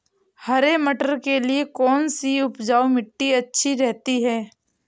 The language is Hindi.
हरे मटर के लिए कौन सी उपजाऊ मिट्टी अच्छी रहती है?